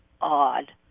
odd